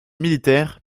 militaire